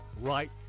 right